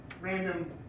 random